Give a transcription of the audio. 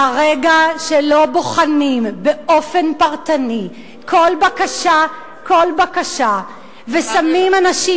ברגע שלא בוחנים באופן פרטני כל בקשה ושמים אנשים